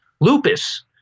lupus